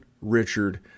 Richard